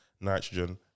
nitrogen